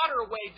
waterway